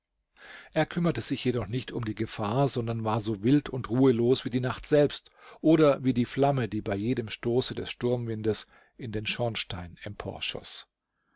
er kümmerte sich jedoch nicht um die gefahr sondern war so wild und ruhelos wie die nacht selbst oder wie die flamme die bei jedem stoße des sturmwindes in den schornstein